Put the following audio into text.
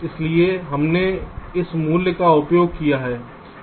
इसलिए हमने इस मूल्य का उपयोग किया है